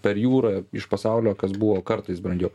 per jūrą iš pasaulio kas buvo kartais brangiau